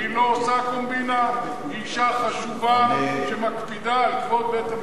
אשה חשובה שמקפידה על כבוד בית-המשפט.